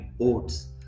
oats